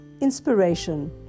inspiration